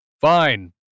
Fine